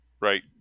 right